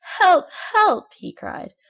help! help! he cried.